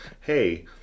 hey